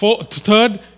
Third